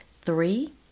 Three